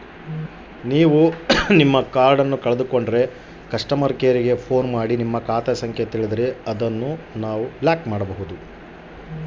ನಾನು ನನ್ನ ಕಾರ್ಡನ್ನ ಕಳೆದುಕೊಂಡರೆ ಅದನ್ನ ಹೆಂಗ ಬಂದ್ ಮಾಡಿಸಬೇಕು?